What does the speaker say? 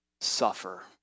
suffer